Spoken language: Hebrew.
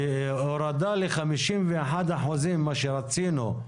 הורדה לחמישים ואחד אחוזים, מה שרצינו,